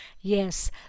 Yes